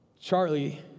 Charlie